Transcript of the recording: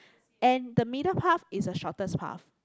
and the middle path is a shortest path